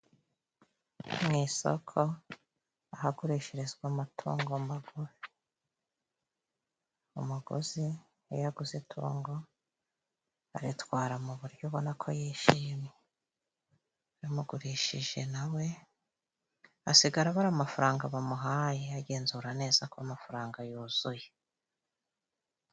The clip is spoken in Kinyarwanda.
Mu isoko ahagurishirizwa amatungo magufi, umuguzi uyo aguze itungo aritwara mu buryo ubona ko yishimye, n'umugurishije nawe asigara abara amafaranga bamuhaye agenzura neza ko amafaranga yuzuye.